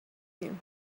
him